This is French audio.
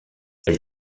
elle